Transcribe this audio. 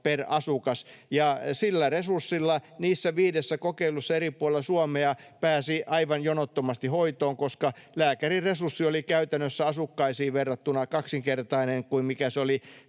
per asukas, ja sillä resurssilla niissä viidessä kokeilussa eri puolilla Suomea pääsi aivan jonottomasti hoitoon, koska lääkäriresurssi oli käytännössä kaksinkertainen asukkaisiin verrattuna kuin mikä se oli